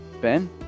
Ben